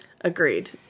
Agreed